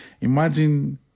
Imagine